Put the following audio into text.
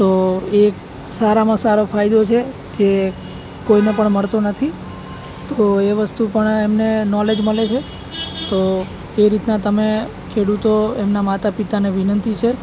તો એક સારામાં સારો ફાયદો છે જે કોઈને પણ મળતો નથી તો એ વસ્તુ પણ એમને નૉલેજ મળે છે તો એ રીતના તમે ખેડૂતો એમનાં માતા પિતાને વિનંતી છે